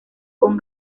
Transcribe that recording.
con